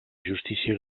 justícia